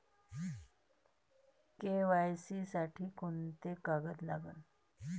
KYC साठी कोंते कागद लागन?